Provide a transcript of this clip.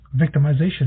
victimization